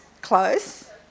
Close